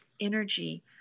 energy